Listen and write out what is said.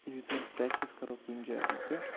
ییٖژاہ أسۍ پرٛٮ۪کٹِس کَرو کُنہِ جایہِ پٮ۪ٹھ